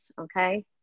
Okay